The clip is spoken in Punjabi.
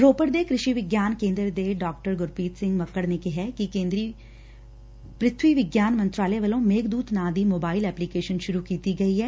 ਰੋਪੜ ਦੇ ਕ੍ਰਿਸ਼ੀ ਵਿਗਿਆਨ ਕੇਦਰ ਦੇ ਡਾ ਗੁਰਪ੍ਰੀਤ ਸਿੰਘ ਮੱਕੜ ਨੇ ਕਿਹੈ ਕਿ ਕੇਦਰੀ ਪ੍ਰਿਬਵੀ ਵਿਗਿਆਨ ਮੰਤਰਾਲੇ ਵੱਲੋਂ ਮੇਘਦੁਤ ਨਾਂ ਦੀ ਮੋਬਾਇਲ ਐਪੀਲੇਕਸ਼ਨ ਸੁਰੁ ਕੀਤੀ ਗਈ ਏ